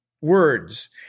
words